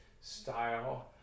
style